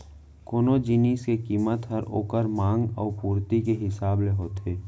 कोनो जिनिस के कीमत हर ओकर मांग अउ पुरती के हिसाब ले होथे